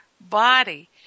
body